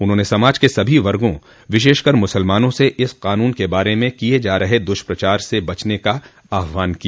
उन्होंने समाज के सभो वर्गो विशेषकर मुसलमानों से इस क़ानून के बारे में किये जा रहे द्ष्प्रचार से बचने का आहवान किया